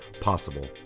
possible